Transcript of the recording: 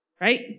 Right